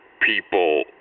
people